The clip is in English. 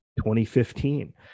2015